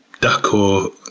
duck or,